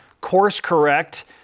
course-correct